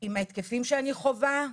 עם ההתקפים שאני חווה,